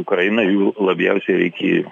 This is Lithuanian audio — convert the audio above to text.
ukrainai jų labiausiai reikėjo